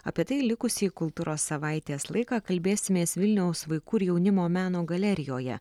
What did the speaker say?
apie tai likusį kultūros savaitės laiką kalbėsimės vilniaus vaikų ir jaunimo meno galerijoje